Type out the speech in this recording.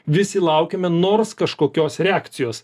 visi laukiame nors kažkokios reakcijos